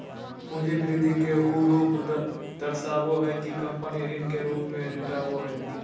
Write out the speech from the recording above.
पूंजी वृद्धि के उ रूप दर्शाबो हइ कि कंपनी ऋण के रूप में जुटाबो हइ